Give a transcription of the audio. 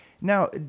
Now